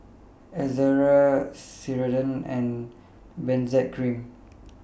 Ezerra Ceradan and Benzac Cream